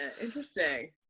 interesting